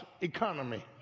economy